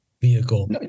vehicle